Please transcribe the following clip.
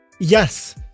yes